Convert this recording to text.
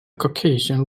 caucasian